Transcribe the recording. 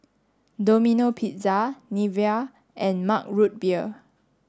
Domino Pizza Nivea and Mug Root Beer